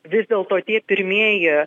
vis dėlto tie pirmieji